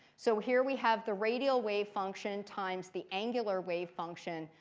so here we have the radial wave function times the angular wave function,